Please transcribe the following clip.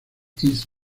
east